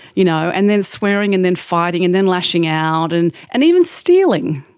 you know and then swearing and then fighting and then lashing out, and and even stealing.